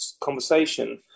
conversation